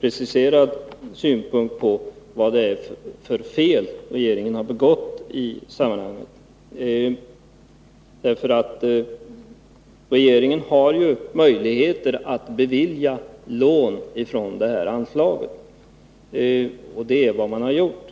preciserade synpunkter beträffande vad det är för fel som regeringen har begått. Regeringen har ju möjligheter att bevilja lån från det aktuella anslaget — och det är vad man har gjort.